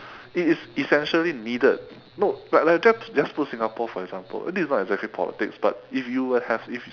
it is essentially needed no but like just just put singapore for example this is not just politics but if you were have if